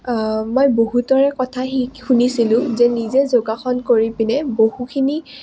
মই বহুতৰে কথা শু শুনিছিলোঁ যে নিজে যোগাসন কৰি পিনে বহুখিনি